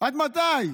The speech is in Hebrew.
עד מתי?